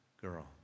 girl